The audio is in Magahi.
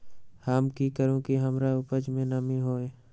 हम की करू की हमार उपज में नमी होए?